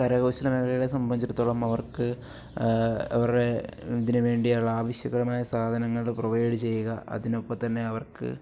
കരകൗശല മേഖലയെ സംബന്ധിച്ചിടത്തോളം അവർക്ക് അവരുടെ ഇതിന് വേണ്ടിയുള്ള ആവശ്യകരമായ സാധനങ്ങൾ പ്രൊവൈഡ് ചെയ്യുക അതിനൊപ്പം തന്നെ അവർക്ക്